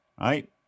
right